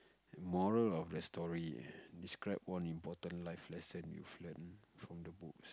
moral of the story describe one important life lesson you've learnt from the books